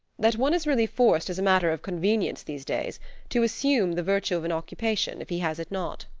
that one is really forced as a matter of convenience these days to assume the virtue of an occupation if he has it not.